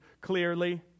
clearly